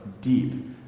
deep